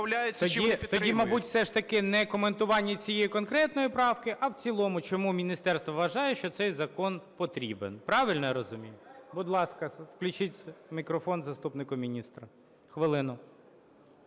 Тоді, мабуть, все ж таки не коментування цієї конкретної правки, а в цілому, чому міністерство вважає, що цей закон потрібен. Правильно я розумію?